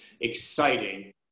exciting